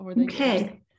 Okay